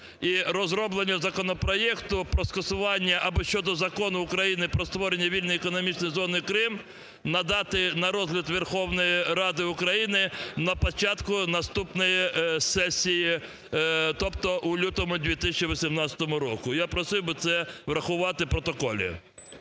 І розроблення законопроекту про скасування або щодо Закону України "Про створення вільної економічної зони "Крим" надати на розгляд Верховної Ради України на початку наступної сесії, тобто у лютому 2018 року. Я просив би це врахувати в протоколі.